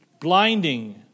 blinding